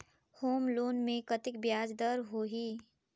Home loan मे कतेक ब्याज दर होही?